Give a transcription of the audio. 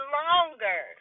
longer